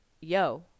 yo